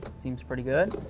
seems pretty good.